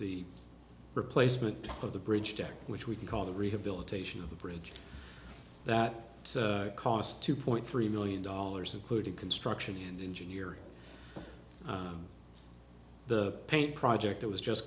the replacement of the bridge deck which we call the rehabilitation of the bridge that cost two point three million dollars including construction and engineering the paint project it was just